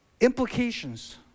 implications